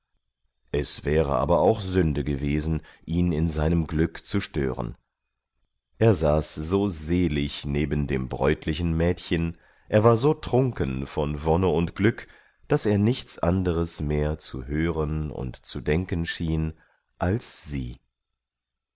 es wäre aber auch sünde gewesen ihn in seinem glück zu stören er saß so selig neben dem bräutlichen mädchen er war so trunken von wonne und glück daß er nichts anderes mehr zu hören und zu denken schien als sie